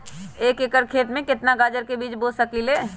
एक एकर खेत में केतना गाजर के बीज बो सकीं ले?